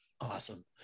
Awesome